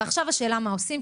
ועכשיו השאלה מה עושים,